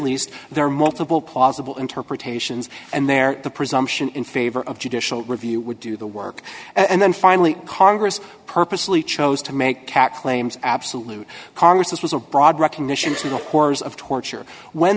least there are multiple plausible interpretations and they're the presumption in favor of judicial review would do the work and then finally congress purposely chose to make cat claims absolute congress this was a broad recognition to the horrors of torture when